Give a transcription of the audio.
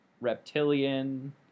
reptilian